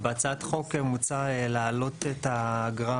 בהצעת החוק מוצע להעלות את האגרה